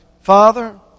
Father